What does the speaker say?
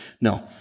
No